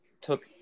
took